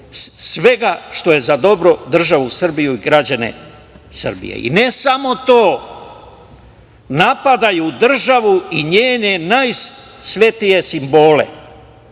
svega što je za dobro državu Srbiju i građane Srbije, i ne samo to, napadaju državu i njene najsvetlije simbole,